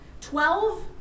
Twelve